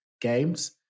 games